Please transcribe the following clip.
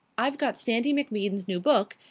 i've got sandy macbean's new book,